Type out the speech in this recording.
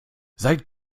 seit